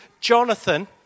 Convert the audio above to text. Jonathan